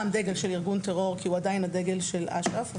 דגל של ארגון טרור כי הוא עדיין הדגל של אש"ף,